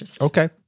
Okay